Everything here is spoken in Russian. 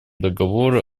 договора